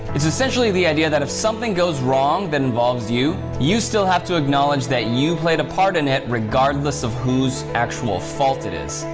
it's essentially the idea that if something goes wrong that involves you, you still have to acknowledge that you played a part in it regardless of who's actual fault it is.